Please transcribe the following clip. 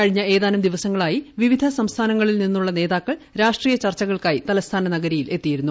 കഴിഞ്ഞ ഏതാനും ദിവസങ്ങളായി വിവിധ സംസ്ഥാനങ്ങളിൽ നിന്നുള്ള നേതാക്കൾ രാഷ്ട്രീയ ചർച്ചകൾക്കായി തലസ്ഥാന നഗരിയിലെത്തിയിരുന്നു